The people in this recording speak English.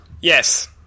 Yes